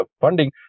funding